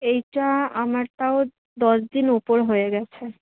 এইটা আমার তাও দশ দিন ওপর হয়ে গেছে